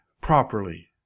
properly